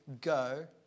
go